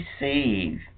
receive